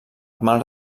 mar